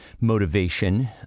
motivation